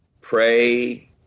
pray